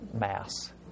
mass